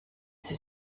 sie